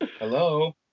Hello